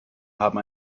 haben